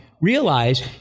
realize